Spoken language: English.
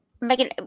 Megan